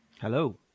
Hello